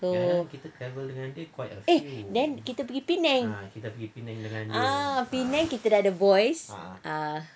oh eh then kita pergi penang ah penang kita dah ada boys ah